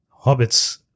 hobbits